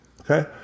okay